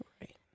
Right